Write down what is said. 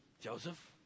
Joseph